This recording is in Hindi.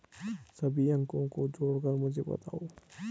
सभी अंकों को जोड़कर मुझे बताओ